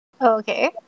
Okay